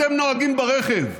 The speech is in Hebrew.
אתם נוהגים ברכב,